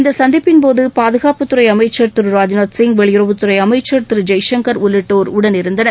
இந்த சந்திப்பின்போது பாதுகாப்புத்துறை அமைச்சர் திரு ராஜ்நாத் சிங் வெளியுறவுத்துறை அமைச்சர் திரு ஜெய்சங்கர் உள்ளிட்டோர் உடனிருந்தனர்